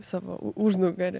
savo užnugarį